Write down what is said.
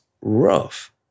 rough